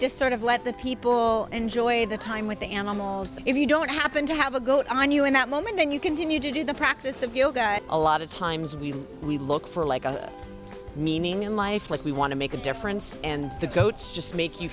just sort of let the people enjoy the time with the animals if you don't happen to have a good on you in that moment then you continue to do the practice of yoga a lot of times you we look for like a meaning in life like we want to make a difference and the goats just make you